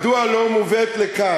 מדוע היא לא מובאת לכאן?